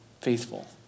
faithful